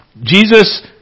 Jesus